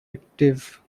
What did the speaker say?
active